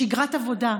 שגרת עבודה,